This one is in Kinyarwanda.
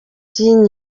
kayirangwa